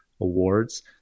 awards